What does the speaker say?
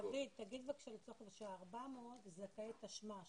דוד, תגיד בבקשה, 400 זכאי תשמ"ש.